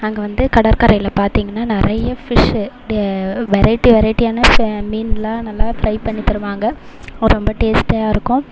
அங்கே வந்து கடற்கரையில் பார்த்தீங்னா நிறையா ஃபீஷ்ஷு வெரைட்டி வெரைட்டியான மீனெலாம் நல்லா ஃபிரை பண்ணி தருவாங்க ரொம்ப டேஸ்ட்டியாயிருக்கும்